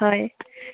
হয়